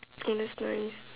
oh that's nice